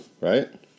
right